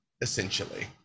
essentially